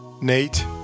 Nate